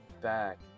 back